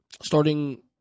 starting